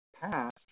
past